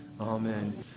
Amen